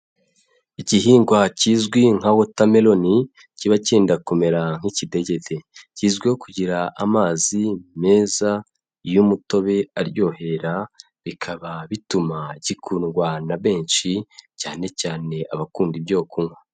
Igihingwa kizwi nka watermelon kiba cyenda kumera nk'ikidegede, kizwiho kugira amazi meza y'umutobe aryohera, bikaba bituma gikundwa na benshi cyane cyane abakunda ibyo kunywa.